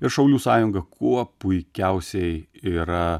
ir šaulių sąjunga kuo puikiausiai yra